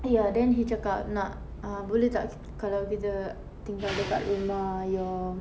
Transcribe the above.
ya then cakap nak boleh tak kalau kita tinggal dekat rumah your